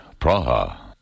Praha